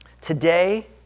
Today